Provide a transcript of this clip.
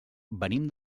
venim